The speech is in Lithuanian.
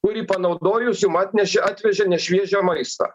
kurį panaudojus jum atnešė atvežė nešviežio maisto